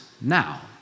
now